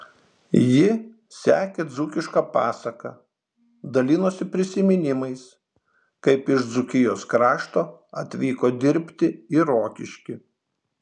ji sekė dzūkišką pasaką dalinosi prisiminimais kaip iš dzūkijos krašto atvyko dirbti į rokiškį